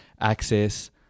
access